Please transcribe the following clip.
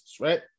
right